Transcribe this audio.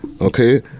Okay